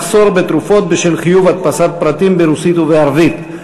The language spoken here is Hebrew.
מחסור בתרופות בשל חיוב הדפסת פרטים ברוסית ובערבית.